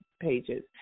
pages